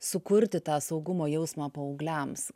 sukurti tą saugumo jausmą paaugliams